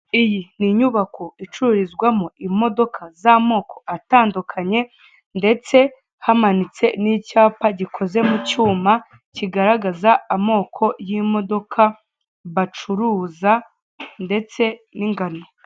Iyi ni inyubako icururizwamo imodoka z'amoko atandukanye, ndetse hamanitse n'icyapa gikoze mu cyuma, kigaragaza amoko y'imodoka bacuruza ndetse n'ingano.